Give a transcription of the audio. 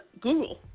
Google